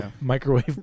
Microwave